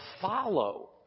follow